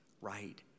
right